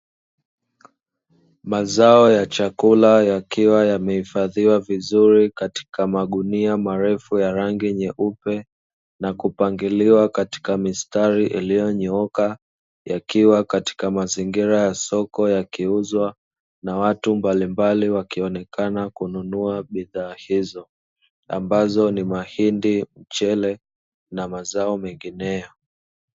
Mazao ya chakula yakiwa yamehifadhiwa vizuri katika magunia marefu ya rangi nyeupe, na kupangiliwa katika mistari iliyonyooka. Yakiwa katika mazingira ya soko, yakiuzwa na watu mbalimbali wakionekana kununua bidhaa hizo ambazo ni mahindi, mchele, na mazao mengineyo.